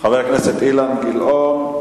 חבר הכנסת אילן גילאון,